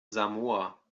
samoa